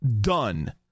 done